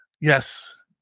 Yes